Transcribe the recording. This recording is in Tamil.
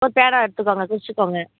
ஒரு பேனா எடுத்துகோங்க குறிச்சிக்கோங்க